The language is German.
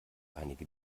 einige